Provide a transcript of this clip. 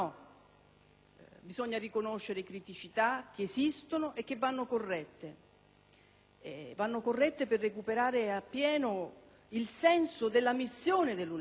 Bisogna riconoscere criticità che esistono e che vanno corrette per recuperare appieno il senso della missione dell'università,